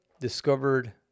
discovered